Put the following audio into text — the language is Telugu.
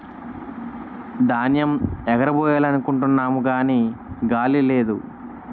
ధాన్యేమ్ ఎగరబొయ్యాలనుకుంటున్నాము గాని గాలి లేదు